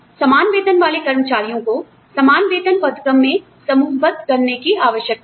समान वेतन वाले कर्मचारियों को समान वेतन पदक्रम में समूहबद्ध करने की आवश्यकता है